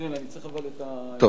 אני צריך גם את הניירות.